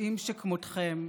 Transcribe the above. צבועים שכמותכם,